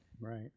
Right